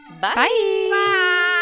Bye